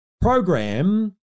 program